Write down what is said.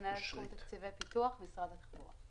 מנהלת תחום תקציבי פיתוח, משרד התחבורה.